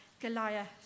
Goliath